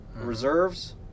Reserves